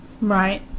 Right